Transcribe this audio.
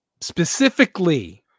specifically